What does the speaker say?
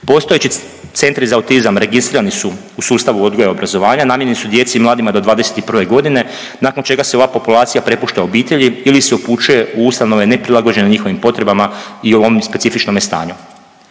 Postojeći centri za autizam registrirani su u sustavu odgoja i obrazovanja, namijenjeni su djeci i mladima do 21. godine, nakon čega se ova populacija prepušta obitelji ili se upućuje u ustanove neprilagođene njihovim potrebama i ovome specifičnome stanju.